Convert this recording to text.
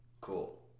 Cool